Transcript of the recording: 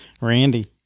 Randy